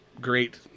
great